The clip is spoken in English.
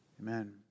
Amen